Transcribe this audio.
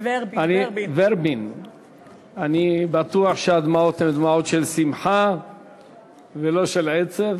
אני בטוח שהדמעות הן דמעות של שמחה ולא של עצב.